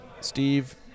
Steve